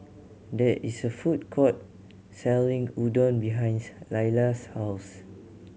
there is a food court selling Udon behinds Lilia's house